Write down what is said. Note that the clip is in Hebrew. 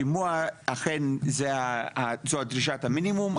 שימוע הוא אכן דרישת המינימום.